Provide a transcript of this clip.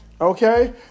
Okay